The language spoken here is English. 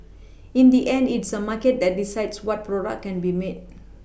in the end it's a market that decides what product can be made